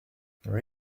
there